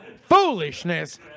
foolishness